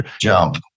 Jump